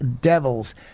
devils